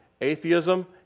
atheism